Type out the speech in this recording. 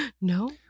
No